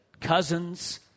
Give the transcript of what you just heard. cousins